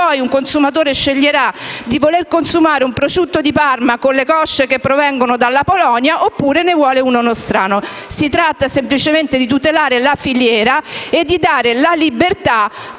potrà così scegliere se consumare un prosciutto di Parma con le cosce che provengono dalla Polonia oppure uno nostrano. Si tratta semplicemente di tutelare la filiera e di dare libertà